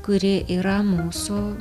kuri yra mūsų